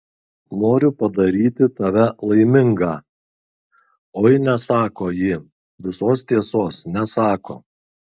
noriu padaryti tave laimingą oi nesako ji visos tiesos nesako